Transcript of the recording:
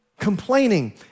Complaining